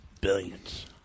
billions